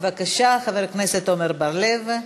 בבקשה, חבר הכנסת עמר בר-לב,